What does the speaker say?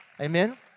Amen